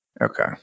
Okay